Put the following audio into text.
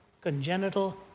congenital